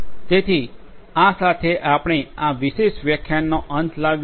તેથી આ સાથે આપણે આ વિશેષ વ્યાખ્યાનનો અંત લાવીએ છીએ